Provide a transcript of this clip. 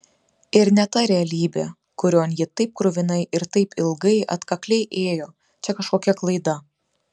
ir ne ta realybė kurion ji taip kruvinai ir taip ilgai atkakliai ėjo čia kažkokia klaida